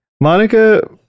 Monica